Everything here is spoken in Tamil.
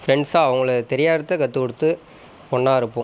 ஃபிரெண்ட்ஸ்ஸாக அவங்களை தெரியாததை கற்று கொடுத்து ஒன்றாயிருப்போம்